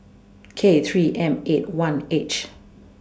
K three M eight one H